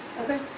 Okay